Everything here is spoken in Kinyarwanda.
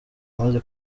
yamaze